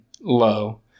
low